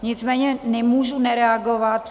Nicméně nemůžu nereagovat.